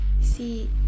see